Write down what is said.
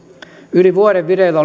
yli vuoden vireillä